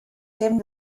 dem